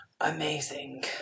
amazing